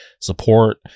support